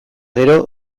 gero